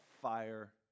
fire